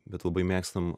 bet labai mėgstam